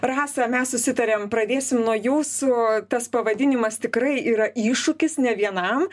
rasa mes susitarėm pradėsim nuo jūsų tas pavadinimas tikrai yra iššūkis ne vienam